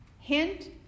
Hint